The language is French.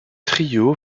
trio